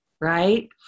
right